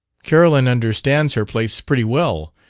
carolyn understands her place pretty well,